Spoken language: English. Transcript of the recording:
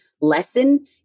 lesson